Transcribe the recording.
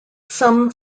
some